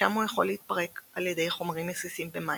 שם הוא יכול להתפרק על ידי חומרים מסיסים במים,